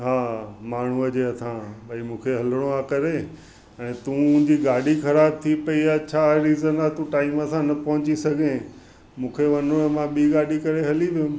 हा माण्हूअ जे हथा भई मूंखे हलिणो आहे करे हाणे तुंहिंजी गाॾी ख़राब थी पई आहे छा रीज़न आहे तू टाइम सां न पोहंची सघे मूंखे वञिणो मां ॿी गाॾी करे हली वियुमि